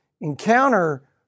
encounter